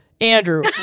Andrew